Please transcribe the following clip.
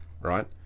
right